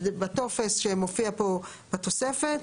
בטופס שמופיע פה בתוספת,